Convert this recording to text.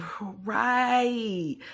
Right